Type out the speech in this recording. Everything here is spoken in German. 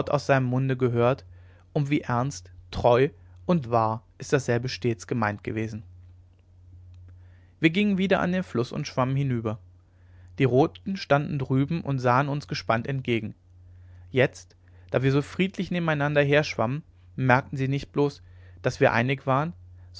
aus seinem munde gehört und wie ernst treu und wahr ist dasselbe stets gemeint gewesen wir gingen wieder an den fluß und schwammen hinüber die roten standen drüben und sahen uns gespannt entgegen jetzt da wir so friedlich nebeneinander herschwammen merkten sie nicht bloß daß wir einig waren